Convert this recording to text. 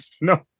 no